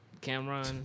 Cameron